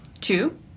Two